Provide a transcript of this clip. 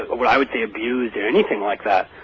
well i would be abuse yeah anything like that